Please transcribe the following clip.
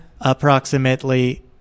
Approximately